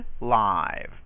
live